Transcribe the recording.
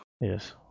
Yes